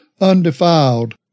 undefiled